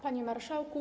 Panie Marszałku!